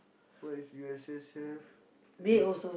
what is U_S_S have is